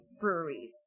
breweries